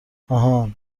آهان